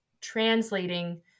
translating